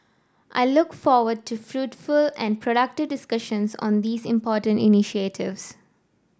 I look forward to fruitful and productive discussions on these important initiatives